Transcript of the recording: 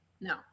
No